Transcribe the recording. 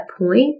point